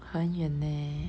很远 leh